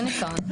יוניקורן.